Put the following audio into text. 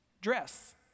dress